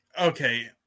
Okay